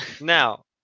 Now